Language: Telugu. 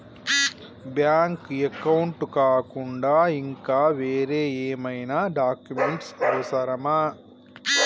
బ్యాంక్ అకౌంట్ కాకుండా ఇంకా వేరే ఏమైనా డాక్యుమెంట్స్ అవసరమా?